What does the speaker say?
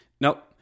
Nope